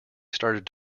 started